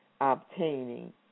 Obtaining